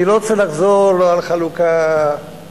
אני לא רוצה לחזור על עניין חלוקת הנטל